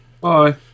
bye